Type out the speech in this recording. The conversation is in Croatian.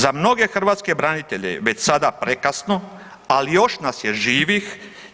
Za mnoge hrvatske branitelje je već sada prekasno, ali još nas je živih.